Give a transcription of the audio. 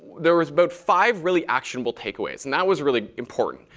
there was about five really actionable takeaways and that was really important.